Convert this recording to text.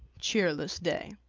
cheerless day.